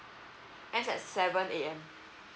end at seven A_M